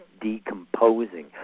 decomposing